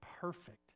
perfect